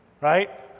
Right